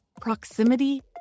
proximity